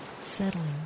settling